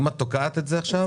אם את תוקעת את זה עכשיו,